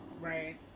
right